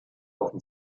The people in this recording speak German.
offen